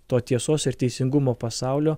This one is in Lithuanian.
to tiesos ir teisingumo pasaulio